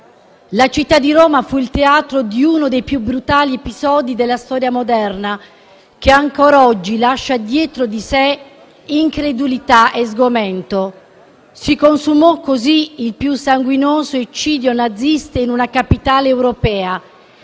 La città di Roma fu il teatro di uno dei più brutali episodi della storia moderna che ancora oggi lascia dietro di sé incredulità e sgomento. Si consumò così il più sanguinoso eccidio nazista in una capitale europea